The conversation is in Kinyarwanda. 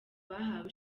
bahawe